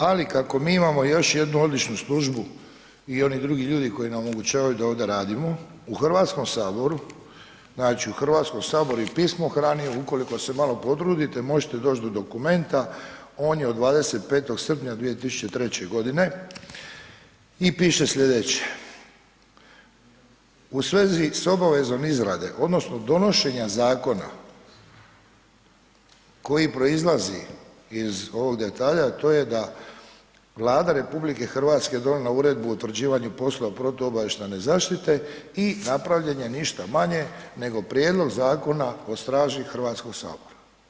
Ali kako mi imamo još jednu odličnu službu i oni drugi koji nam omogućavaju da ovdje radimo u Hrvatskom saboru, znači u Hrvatskom saboru i pismohrani, ukoliko se malo potrudite možete doći do dokumenta, on je od 25. srpnja 2003. godine i piše sljedeće: „U svezi sa obavezom izrade, odnosno donošenja zakona koji proizlazi iz ovog detalja a to je da Vlada RH donijela Uredbu o utvrđivanju poslova protuobavještajne zaštite i napravljen je ništa manje nego Prijedlog zakona o straži Hrvatskoga sabora.